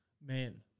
Man